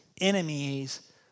enemies